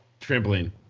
Trampoline